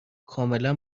کاملا